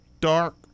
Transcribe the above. dark